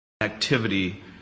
Activity